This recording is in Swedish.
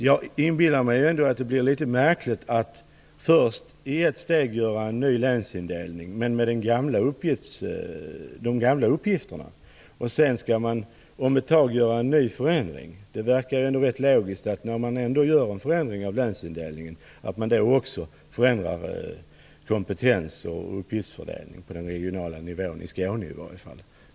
Jag inbillar mig att det blir litet märkligt att först i ett steg göra en ny länsindelning, men med de gamla uppgifterna, och sedan om ett tag göra en ny förändring. Det verkar rätt logiskt att man, när man ändå gör en förändring av länsindelningen, också förändrar kompetens och uppgiftsfördelningen på den regionala nivån i Skåne.